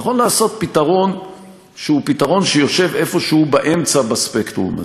נכון לעשות פתרון שהוא פתרון שיושב איפשהו באמצע בספקטרום הזה,